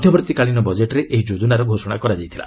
ମଧ୍ୟବର୍ତ୍ତୀକାଳୀନ ବଜେଟ୍ରେ ଏହି ଯୋଜନାର ଘୋଷଣା କରାଯାଇଥିଲା